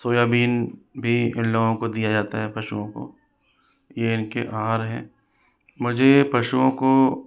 soybean भी इन लोगों को दिया जाता है पशुओं को यह इनकी आहार हैं मुझे पशुओं को